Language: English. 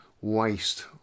waste